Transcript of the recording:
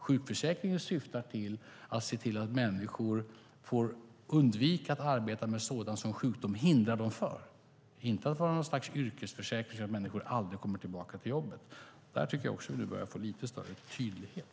Sjukförsäkringen syftar till att människor ska undvika att människor arbetar med sådant som sjukdom hindrar dem att göra, men det är inte någon yrkesförsäkring som garanterar att man alltid kommer tillbaka till jobbet. Där tycker jag också att vi nu börjar få lite större tydlighet.